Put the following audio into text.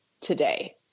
today